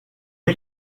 est